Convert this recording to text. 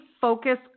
focus